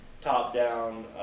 top-down